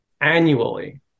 annually